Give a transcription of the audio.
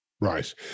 Right